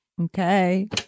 Okay